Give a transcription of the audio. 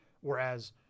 whereas